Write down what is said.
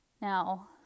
Now